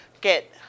get